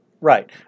right